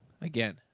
again